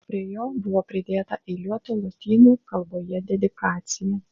prie jo buvo pridėta eiliuota lotynų kalboje dedikacija